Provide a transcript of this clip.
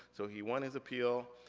so he won his appeal,